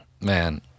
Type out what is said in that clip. Man